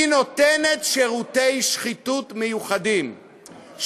היא נותנת שירותי שחיתות מיוחדים,